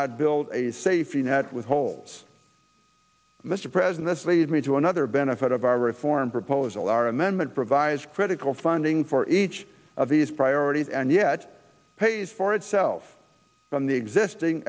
not build a safety net with holes mr president lead me to another benefit of our reform proposal our amendment provides critical funding for each of these priorities and yet pays for itself on the existing